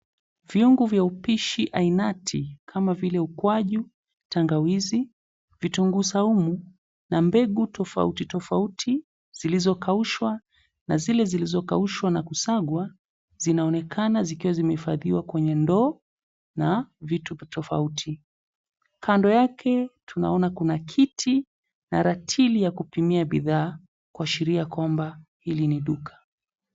Viungo vya upishi ainati kama vile ukwaju, tangawizi, vitunguu saumu na mbegu tofauti tofauti zilizokaushwa na zile zilizokaushwa na kusagwa zinaonekana zikiwa zimehifadhiwa kwenye ndoo na vitu tofauti. Kando yake tunaona kuna kiti na ratili ya kupimia bidhaa kuashiria kuwa hili ni duka.